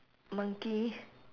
monkey